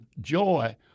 joy